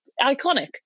Iconic